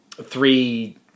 three